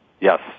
Yes